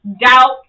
doubt